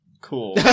Cool